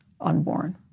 unborn